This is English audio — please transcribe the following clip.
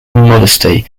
modesty